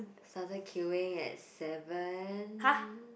started queuing at seven